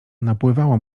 napływało